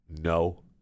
No